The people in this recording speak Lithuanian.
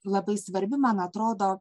labai svarbi man atrodo